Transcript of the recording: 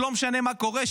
לא משנה מה קורה.